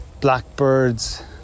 Blackbirds